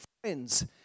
friends